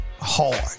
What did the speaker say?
Hard